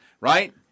right